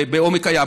בעומק הים,